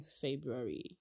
February